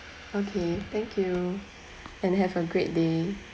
okay thank you and have a great day